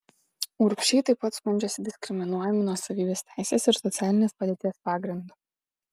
urbšiai taip pat skundžiasi diskriminuojami nuosavybės teisės ir socialinės padėties pagrindu